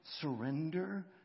surrender